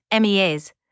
MEAs